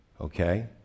okay